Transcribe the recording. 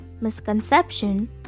misconception